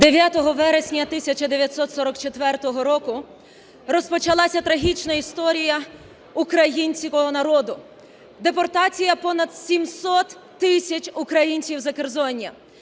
9 вересня 1944 року розпочалася трагічна історія українського народу: депортація понад 700 тисяч українців Закерзоння